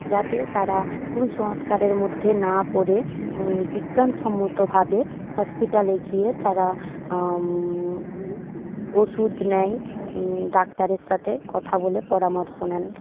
যাতে তারা কুসংস্কারের মধ্যে না পড়ে বিজ্ঞানসন্মতভাবে হসপিটালে গিয়ে তারা ওষুধ নেয় ডাক্তারের সঙ্গে কথা বলে পরামর্শ নেন